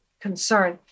concern